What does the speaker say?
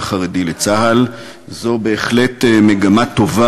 כלפי חיילים חרדים וכלפי כוחות הביטחון בשכונות חרדיות,